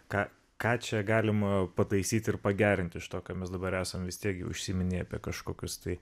ką ką čia galima pataisyt ir pagerint iš to ką mes dabar esam vis tiek gi užsiminei apie kažkokius tai